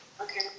Okay